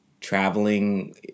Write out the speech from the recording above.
traveling